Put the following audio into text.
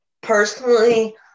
personally